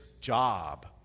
job